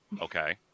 Okay